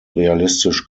realistisch